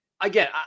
again